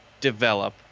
develop